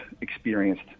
experienced